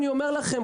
אני אומר לכם,